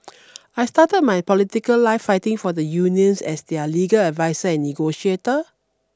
I started my political life fighting for the unions as their legal adviser and negotiator